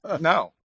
No